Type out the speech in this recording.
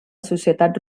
societat